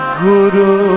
guru